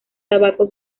tabaco